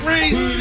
Reese